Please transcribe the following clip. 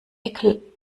eckel